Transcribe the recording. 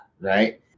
Right